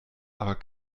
aber